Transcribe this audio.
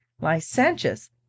Licentious